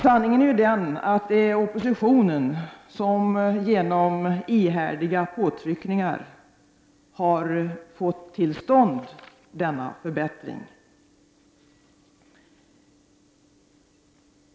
Sanningen är ju den att det är oppositionen som genom ihärdiga påtryckningar har fått till stånd denna förbättring.